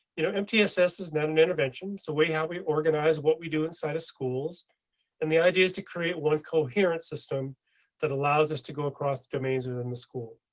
you know mtss is not an intervention. so wait how we organize what we do inside of schools and the idea is to create one coherent system that allows us to go across domains within the school.